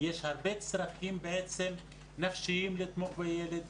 יש הרבה צרכים נפשיים לתמוך בילד,